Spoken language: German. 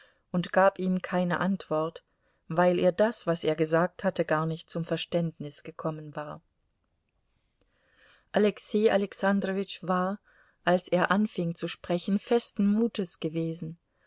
und gab ihm keine antwort weil ihr das was er gesagt hatte gar nicht zum verständnis gekommen war alexei alexandrowitsch war als er anfing zu sprechen festen mutes gewesen